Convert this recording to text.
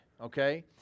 okay